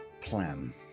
plan